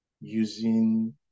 using